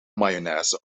mayonaise